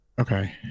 Okay